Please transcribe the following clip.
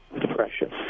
depression